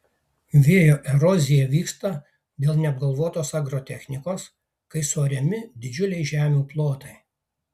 vėjo erozija vyksta dėl neapgalvotos agrotechnikos kai suariami didžiuliai žemių plotai